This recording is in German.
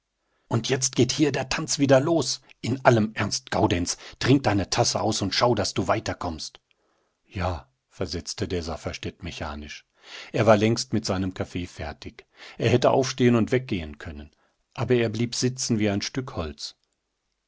und jetzt geht hier der tanz wieder los in allem ernst gaudenz trink deine tasse aus und schau daß du weiterkommst ja versetzte der safferstätt mechanisch er war längst mit seinem kaffee fertig er hätte aufstehen und weggehen können aber er blieb sitzen wie ein stück holz